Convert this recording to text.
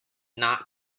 not